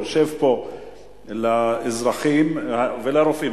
יושב פה לאזרחים ולרופאים?